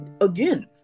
again